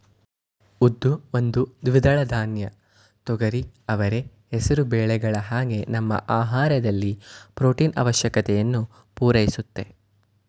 ಉದ್ದು ಒಂದು ದ್ವಿದಳ ಧಾನ್ಯ ತೊಗರಿ ಅವರೆ ಹೆಸರು ಬೇಳೆಗಳ ಹಾಗೆ ನಮ್ಮ ಆಹಾರದಲ್ಲಿ ಪ್ರೊಟೀನು ಆವಶ್ಯಕತೆಯನ್ನು ಪೂರೈಸುತ್ತೆ